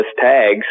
tags